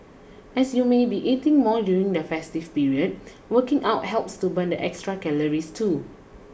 as you may be eating more during the festive period working out helps to burn the extra calories too